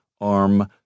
arm